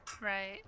Right